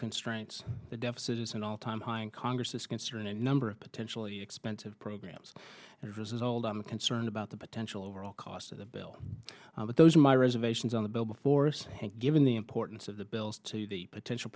constraints the deficit is an all time high and congress is considering a number of potentially expensive programs and it was old i'm concerned about the potential overall cost of the bill but those are my reservations on the bill before us given the importance of the bills to the potential